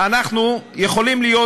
אנחנו יכולים להיות